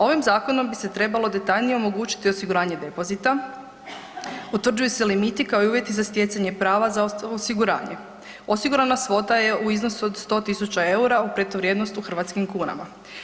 Ovim zakonom bi se trebalo detaljnije omogućiti osiguranje depozita, utvrđuju se limiti kao i uvjeti za stjecanje prava za osiguranje, osigurana svota je u iznosu od 100.000 eura u protuvrijednost u hrvatskim kunama.